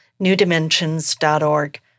newdimensions.org